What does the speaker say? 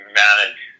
manage